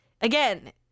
again